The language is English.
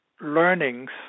learnings